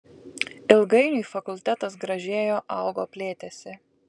ilgainiui fakultetas gražėjo augo plėtėsi